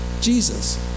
Jesus